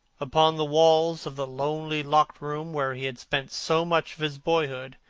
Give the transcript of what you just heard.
upon the walls of the lonely locked room where he had spent so much of his boyhood,